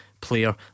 Player